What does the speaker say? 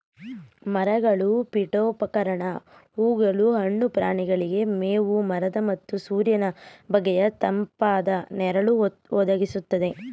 ಮರಗಳು ಪೀಠೋಪಕರಣ ಹೂಗಳು ಹಣ್ಣು ಪ್ರಾಣಿಗಳಿಗೆ ಮೇವು ಮರದ ಮತ್ತು ಸೂರ್ಯನ ಬೇಗೆಯ ತಂಪಾದ ನೆರಳು ಒದಗಿಸ್ತದೆ